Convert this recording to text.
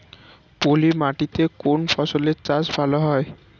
পলি মাটিতে কোন ফসলের চাষ ভালো হয়?